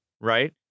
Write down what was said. right